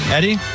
Eddie